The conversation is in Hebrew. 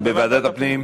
ועדת הפנים.